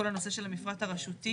כל הנושא של המפרט הרשותי.